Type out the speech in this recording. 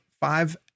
five